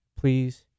please